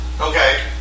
Okay